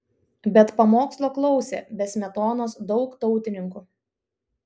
bet pamokslo klausė be smetonos daug tautininkų